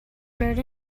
blurred